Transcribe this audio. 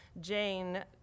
Jane